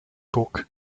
book